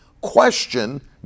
question